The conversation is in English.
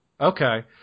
Okay